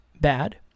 bad